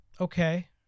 okay